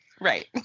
right